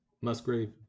Musgrave